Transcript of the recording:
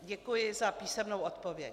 Děkuji za písemnou odpověď.